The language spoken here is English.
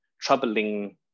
troubling